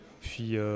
Puis